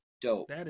dope